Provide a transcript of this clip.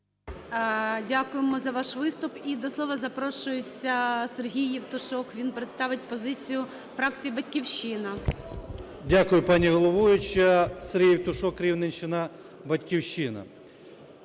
Дякуємо за ваш виступ. І до слова запрошується Сергій Євтушок. Він представить позицію фракції "Батьківщина". 13:14:58 ЄВТУШОК С.М. Дякую, пані головуюча. Сергій Євтушок, Рівненщина, "Батьківщина".